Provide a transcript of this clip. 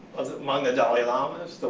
among the dalai lamas,